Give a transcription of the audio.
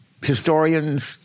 Historians